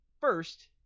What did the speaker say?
first